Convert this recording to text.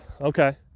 Okay